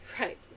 Right